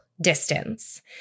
distance